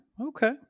Okay